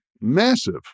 massive